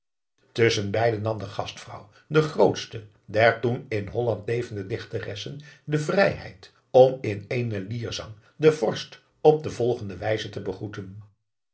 tusschen beide nam de gastvrouw de grootste der toen in holland levende dichteressen de vrijheid om in eenen lierzang den vorst op de volgende wijze te begroeten